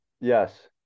Yes